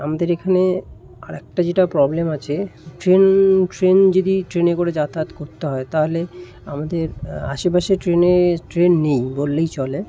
আমাদের এখানে আর একটা যেটা প্রব্লেম আছে ট্রেন ট্রেন যদি ট্রেনে করে যাতায়াত করতে হয় তাহলে আমাদের আশেপাশে ট্রেনে ট্রেন নেই বললেই চলে